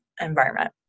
environment